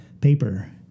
paper